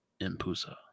Impusa